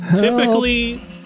Typically